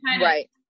Right